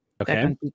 Okay